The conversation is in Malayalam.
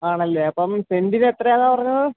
ആണല്ലേ അപ്പം സെൻറ്റിനെത്രയാന്നാണ് പറഞ്ഞത്